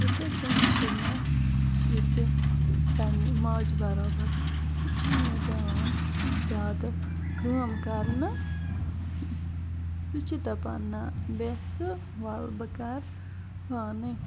تِتھے کنۍ چھِ مےٚ سُہ تہِ پَننہِ ماجہِ بَرابَر سُہ چھنہٕ مےٚ دِوان زیادٕ کٲم کَرنہٕ کینٛہہ سُہ چھِ دَپان نَہ بیٚہہ ژٕ وَل بہٕ کَرٕ پانے